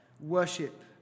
Worship